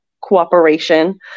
cooperation